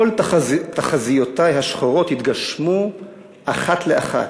כל תחזיותי השחורות התגשמו אחת לאחת,